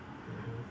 mmhmm